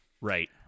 Right